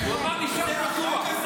הוא אמר: נשאר פתוח.